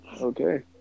Okay